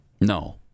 No